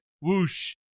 Whoosh